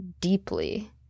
deeply